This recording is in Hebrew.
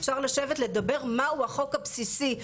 אפשר לשבת לדבר מהו החוק הבסיסי,